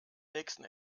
nächsten